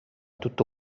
tutto